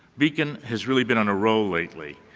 beacon has really been on a roll lately.